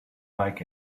like